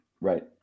Right